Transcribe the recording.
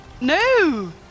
no